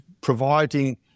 providing